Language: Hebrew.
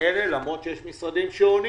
אלה למרות שיש משרדים שעונים